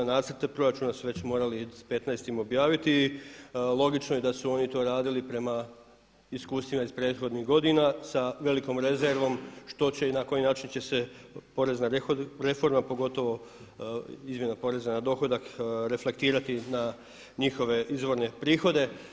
Nacrte proračuna su već morali s petnaestim objaviti i logično je da su oni to radili prema iskustvima iz prethodnih godina sa velikom rezervom što će i na koji način će se porezna reforma, pogotovo izmjena poreza na dohodak reflektirati na njihove izvorne prihode.